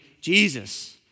Jesus